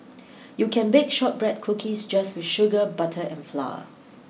you can bake shortbread cookies just with sugar butter and flour